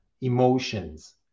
emotions